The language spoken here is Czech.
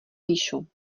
píšu